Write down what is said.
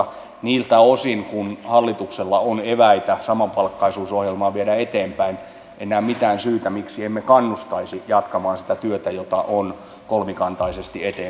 niiltä osin kuin hallituksella on eväitä samapalkkaisuusohjelmaa viedä eteenpäin en näe mitään syytä miksi emme kannustaisi jatkamaan sitä työtä jota on kolmikantaisesti eteenpäin viety